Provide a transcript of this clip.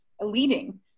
leading